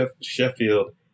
Sheffield